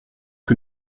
que